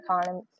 economy